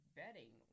betting